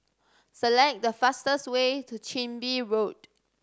select the fastest way to Chin Bee Road